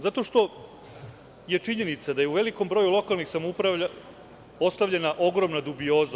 Zato što je činjenica da u velikom broju lokalnim samouprava ostavljana ogromna dubioza.